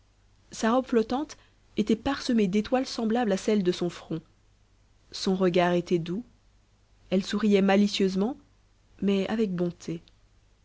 sa robe flottante était parsemée d'étoiles semblables à celles de son front son regard était doux elle souriait malicieusement mais avec bonté